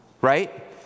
right